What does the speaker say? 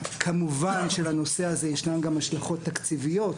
כמובן שלנושא הזה יש גם השלכות תקציביות.